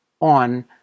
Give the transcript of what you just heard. on